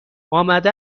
آمده